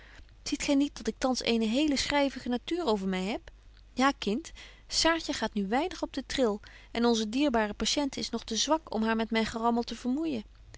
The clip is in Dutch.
ziet gy niet dat ik thans eene hele schryvige natuur over my heb ja kind saartje gaat nu weinig op den tril en onze dierbare patiente is nog te zwak om haar met myn gerammel te vermoeijen